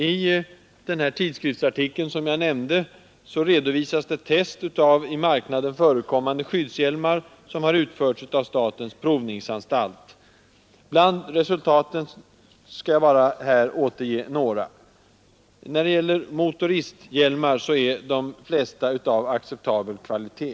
I den tidskriftsartikel jag nämnde redovisas test av i marknaden förekommande skyddshjälmar, som har utförts av statens provningsan stalt. Av resultaten skall jag här bara återge några. De flesta motoristhjälmar är av acceptabel kvalitet.